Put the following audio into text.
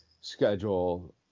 schedule